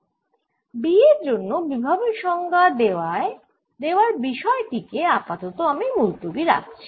B এর জন্য বিভবের সংজ্ঞা দেওয়ার বিষয় টি কে আপাতত আমি মুলতুবী রাখছি